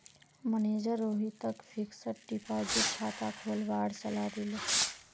manager रोहितक fixed deposit खाता खोलवार सलाह दिले